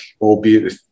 albeit